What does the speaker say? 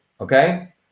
okay